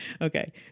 Okay